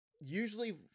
usually